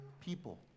people